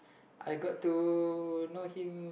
I got to know him